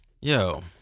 yo